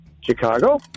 Chicago